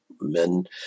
men